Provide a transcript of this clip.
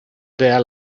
there